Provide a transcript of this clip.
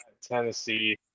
Tennessee